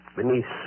beneath